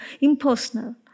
impersonal